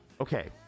Okay